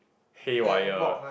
haywire